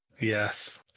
Yes